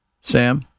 Sam